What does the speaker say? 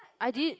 I did